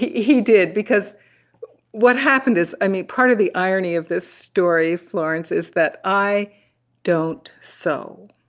he he did. because what happened is, i mean, part of the irony of this story, florence, is that i don't sew.